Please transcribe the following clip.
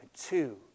Two